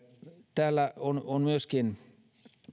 täällä on on myöskin